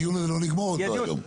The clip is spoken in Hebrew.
הדיון הזה אנחנו לא נגמור אותו היום.